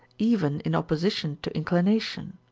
even in opposition to inclination.